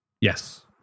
Yes